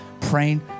praying